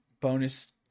bonus